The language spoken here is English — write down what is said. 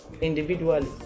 individually